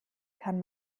kann